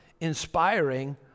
inspiring